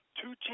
two